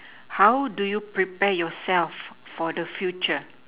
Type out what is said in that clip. how do you prepare yourself for the future